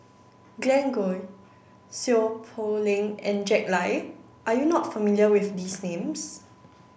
Glen Goei Seow Poh Leng and Jack Lai are you not familiar with these names